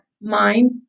mind